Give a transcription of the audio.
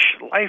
life